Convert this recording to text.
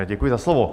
Děkuji za slovo.